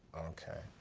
okay,